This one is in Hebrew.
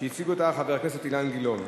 שהציג אותה חבר הכנסת אילן גילאון.